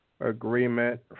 agreement